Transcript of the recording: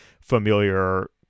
familiar